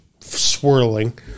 swirling